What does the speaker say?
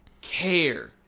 care